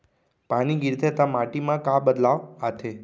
पानी गिरथे ता माटी मा का बदलाव आथे?